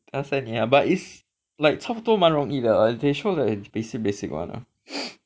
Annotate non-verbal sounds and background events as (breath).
can't say 你 lah but is like 差不多蛮容易的 uh they show the basic basic [one] (breath)